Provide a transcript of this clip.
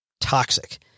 toxic